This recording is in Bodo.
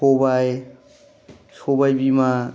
सबाइ सबाइ बिमा